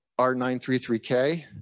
R933K